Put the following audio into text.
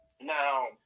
Now